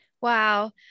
Wow